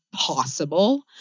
possible